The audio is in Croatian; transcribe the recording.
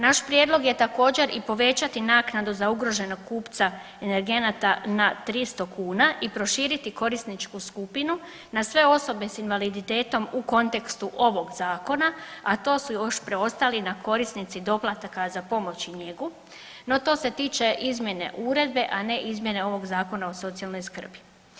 Naš prijedlog je također i povećati naknadu za ugroženog kupca energenata na 300 kuna i proširiti korisničku skupinu na sve osobe s invaliditetom u kontekstu ovog zakona, a to su još preostali na korisnici doplatka za pomoć i njegu, no to se tiče izmjene uredbe, a ne izmjene ovog Zakona o socijalnoj skrbi.